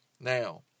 Now